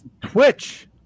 Twitch